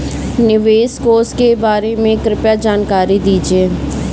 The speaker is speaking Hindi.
निवेश कोष के बारे में कृपया जानकारी दीजिए